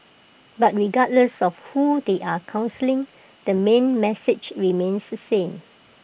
but regardless of who they are counselling the main message remains the same